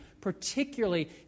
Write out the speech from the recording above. particularly